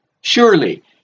Surely